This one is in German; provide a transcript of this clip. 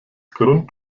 grund